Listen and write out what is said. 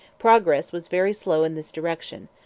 progress was very slow in this direction,